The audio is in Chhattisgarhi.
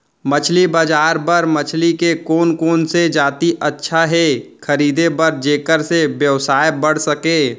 मछली बजार बर मछली के कोन कोन से जाति अच्छा हे खरीदे बर जेकर से व्यवसाय बढ़ सके?